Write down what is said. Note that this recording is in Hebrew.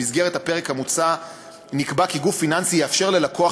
במסגרת הפרק המוצע נקבע כי גוף פיננסי יאפשר ללקוח,